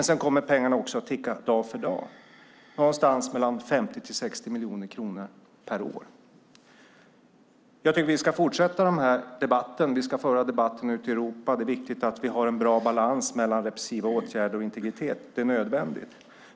Sedan kommer pengarna att ticka dag för dag, någonstans mellan 50 och 60 miljoner kronor per år. Jag tycker att vi ska fortsätta den här debatten, och vi ska föra debatten ute i Europa. Det är viktigt att vi har en bra balans mellan repressiva åtgärder och integritet, det är nödvändigt.